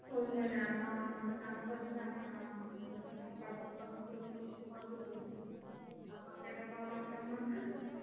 ହଉ ତା'ହେଲେ ଆମ ଗୋଟେ କାମ କରୁଛୁ ଆପଣଙ୍କ ପାଖକୁ ଆମେ ପୁରା ଲିଷ୍ଟ ପଠାଇଦେବୁ ଆପଣଙ୍କ ଏଇଟା କ'ଣ ହ୍ୱାଟସ୍ଆପ୍ ନମ୍ବର